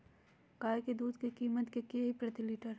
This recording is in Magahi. गाय के दूध के कीमत की हई प्रति लिटर?